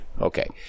Okay